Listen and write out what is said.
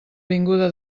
vinguda